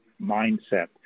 mindset